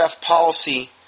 policy